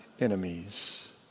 enemies